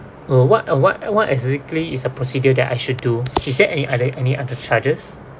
uh what uh what what exactly is the procedure that I should do is there any other any other charges